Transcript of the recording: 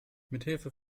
mithilfe